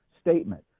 statement